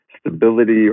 stability